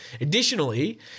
Additionally